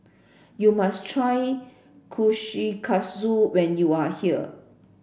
you must try Kushikatsu when you are here